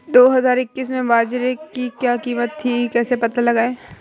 दो हज़ार इक्कीस में बाजरे की क्या कीमत थी कैसे पता लगाएँ?